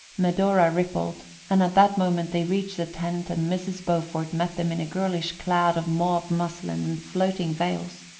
medora rippled and at that moment they reached the tent and mrs. beaufort met them in a girlish cloud of mauve muslin and floating veils.